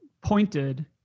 pointed